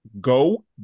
go